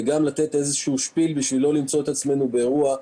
וגם ייתן איזשהו שפיל כדי שלא נמצא את עצמנו באירוע,